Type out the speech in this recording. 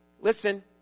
listen